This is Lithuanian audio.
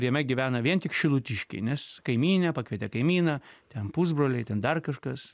jame gyvena vien tik šilutiškiai nes kaimynė pakvietė kaimyną ten pusbroliai ten dar kažkas